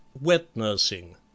wet-nursing